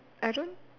I don't